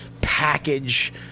package